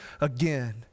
again